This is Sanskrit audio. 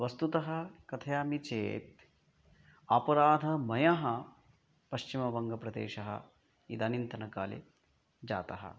वस्तुतः कथयामि चेत् अपराधमयः पश्चिमवङ्गप्रदेशः इदानीन्तनकाले जातः